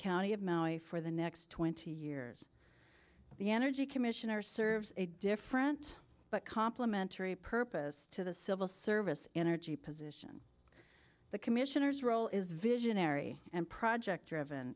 county of maui for the next twenty years the energy commissioner serves a different but complimentary purpose to the civil service energy position the commissioner's role is visionary and project driven